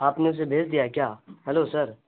آپ نے اسے بھیج دیا ہے کیا ہیلو سر